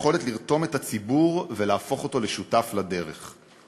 היכולת לרתום את הציבור ולהפוך אותו לשותף לדרך.